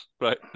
Right